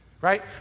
right